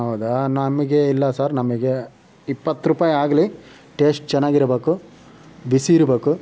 ಹೌದಾ ನಮಗೆ ಇಲ್ಲ ಸರ್ ನಮಗೆ ಇಪ್ಪತ್ತು ರೂಪಾಯಿ ಆಗಲಿ ಟೇಸ್ಟ್ ಚೆನ್ನಾಗಿರ್ಬಕು ಬಿಸಿ ಇರ್ಬೇಕು